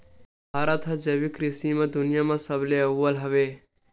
भारत हा जैविक कृषि मा दुनिया मा सबले अव्वल हवे